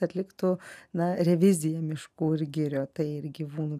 atliktų na reviziją miškų ir girių tai ir gyvūnų